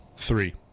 Three